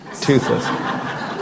Toothless